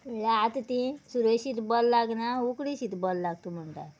म्हळ्यार आतां ती सुरयशीत बरें लागना उकडें शीत बरें लागता म्हणटा